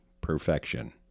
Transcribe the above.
perfection